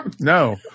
No